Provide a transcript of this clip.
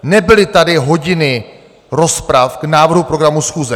Nebyly tady hodiny rozprav k návrhu programu schůze.